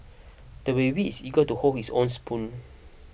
the baby is eager to hold his own spoon